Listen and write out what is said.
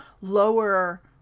lower